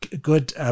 good